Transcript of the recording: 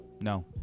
no